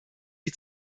die